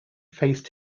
faced